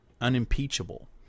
unimpeachable